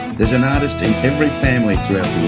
there's an artist in every family throughout